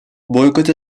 boykot